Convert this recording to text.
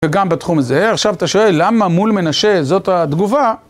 וגם בתחום הזה. עכשיו אתה שואל, למה מול מנשה זאת התגובה?